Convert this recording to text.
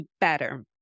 better